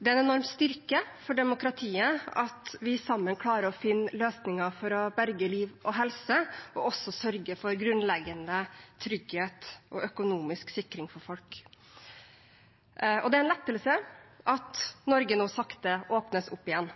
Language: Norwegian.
Det er en enorm styrke for demokratiet at vi sammen klarer å finne løsninger for å berge liv og helse og også sørge for grunnleggende trygghet og økonomisk sikring for folk. Det er en lettelse at Norge nå sakte åpnes opp igjen.